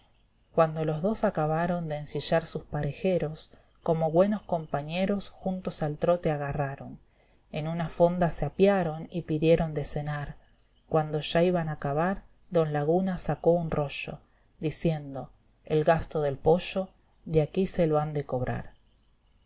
cuando los dos acabaron de ensillar cjus parejeros como güenos compañeros juntos al trvt agarraron en una fonda se apiaron y pidieron de cenar cuando ya iban a acabar don lag una sacó un rollo diciendo e gasto del pollo de aquí se lo lan